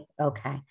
okay